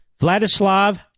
Vladislav